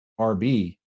RB